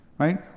Right